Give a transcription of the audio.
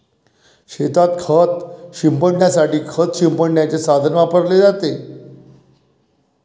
शेतात खत शिंपडण्यासाठी खत शिंपडण्याचे साधन वापरले जाते